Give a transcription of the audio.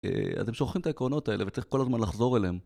אז הם שוכחים את העקרונות האלה וצריך כל הזמן לחזור אליהן.